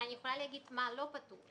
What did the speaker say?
אני באה לומר מה לא פטור.